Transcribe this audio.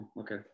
Okay